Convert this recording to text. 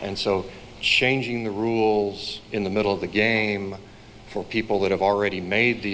and so changing the rules in the middle of the game for people that have already made the